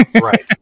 Right